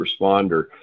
responder